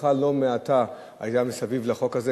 טרחה לא מעטה היתה מסביב לחוק הזה.